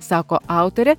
sako autorė